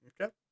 Okay